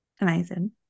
Amazing